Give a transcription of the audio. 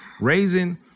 Raising